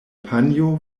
panjo